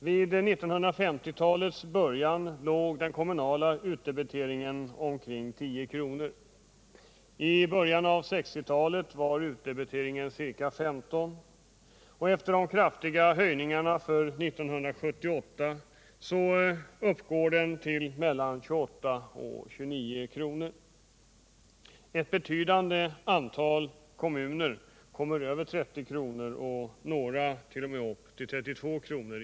Vid 1950-talets början låg den kommunala utdebiteringen på omkring 10 kr. I början av 1960-talet var utdebiteringen ca 15 kr. Efter de kraftiga höjningarna för 1978 uppgår den till mellan 28 och 29 kr. Ett betydande antal kommuner kommer över 30 kr. och några t.o.m. upp till 32 kr.